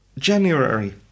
January